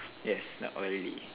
yes not oily